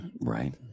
Right